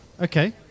okay